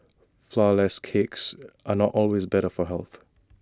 Flourless Cakes are not always better for health